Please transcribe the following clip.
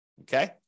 okay